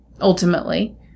ultimately